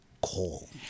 call